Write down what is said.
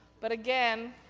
but again,